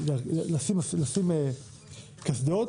לשים קסדות,